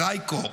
פרייקור,